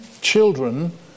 Children